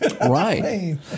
Right